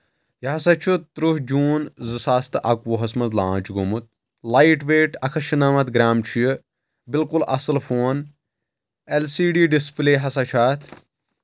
یہِ ہسا چھُ تٕرٛہ جوٗن زٕ ساس تہٕ اَکوُہس منٛز لانچ گومُت لایٹ ویٹ اکھ ہَتھ شُنمتھ گرٛام چھُ یہِ بالکُل اَصٕل phone L C D display ہسا چھُ اتھ